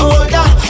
older